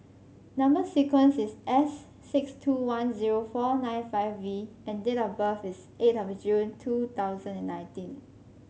number sequence is S six two one zero four nine five V and date of birth is eight of June two thousand and nineteen